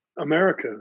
America